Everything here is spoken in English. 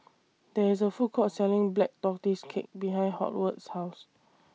There IS A Food Court Selling Black Tortoise Cake behind Howard's House